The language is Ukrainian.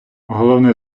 головне